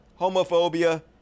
homophobia